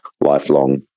lifelong